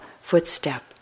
footstep